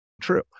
true